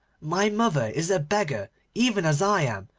my mother is a beggar even as i am,